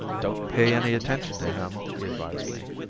don't pay any attention to him, he advised me.